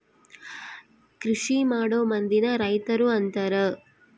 ಕೃಷಿಮಾಡೊ ಮಂದಿನ ರೈತರು ಅಂತಾರ